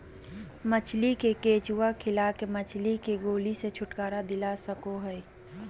मछली के केंचुआ खिला के मछली के गोली से छुटकारा दिलाल जा सकई हई